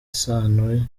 isano